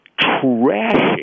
trashing